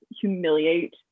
humiliate